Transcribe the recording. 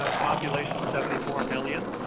ah population seventy four million